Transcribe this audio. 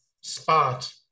spot